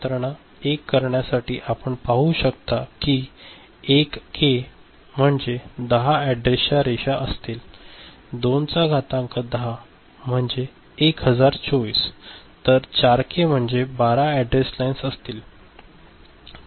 तर येथे यंत्रणा एक करण्यासाठी आपण पाहू शकता की 1 के म्हणजे 10 अॅड्रेसच्या रेषा असतील 2 चा घातांक 10 म्हणजे 1024 आहे तर 4 के म्हणजे 12 अॅड्रेस लाईन्स असतील